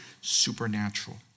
supernatural